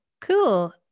cool